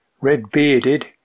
red-bearded